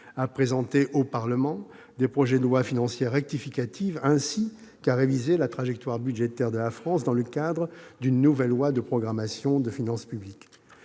à présenter au Parlement des projets de lois financières rectificatives, ainsi qu'à réviser la trajectoire budgétaire de la France dans le cadre d'une nouvelle loi de programmation des finances publiques.